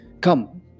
Come